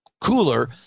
cooler